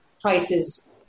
prices –